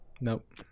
Nope